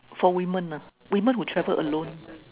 for women lah women would travel alone